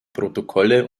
protokolle